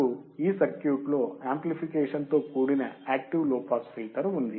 మనకు ఈ సర్క్యూట్లో యాంప్లిఫికేషన్తో కూడిన యాక్టివ్ లో పాస్ ఫిల్టర్ ఉంది